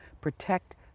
protect